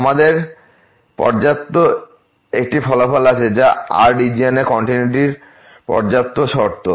আমাদের পর্যাপ্ত একটি ফলাফল আছে যা একটি r রিজিয়নের কন্টিনিউন্টির জন্য পর্যাপ্ত শর্ত